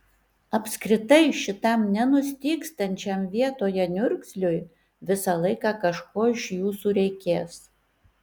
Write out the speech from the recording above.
apskritai šitam nenustygstančiam vietoje niurzgliui visą laiką kažko iš jūsų reikės